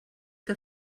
que